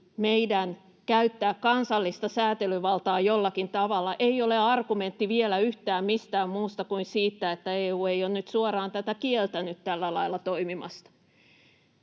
meidän käyttää kansallista säätelyvaltaa jollakin tavalla, ei ole argumentti vielä yhtään mistään muusta kuin siitä, että EU ei ole nyt suoraan kieltänyt tällä lailla toimimasta.